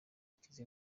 ikiza